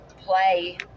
play